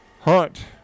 Hunt